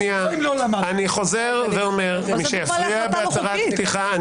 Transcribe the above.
אני חוזר ואומר שמי שיפריע בהצהרות פתיחה,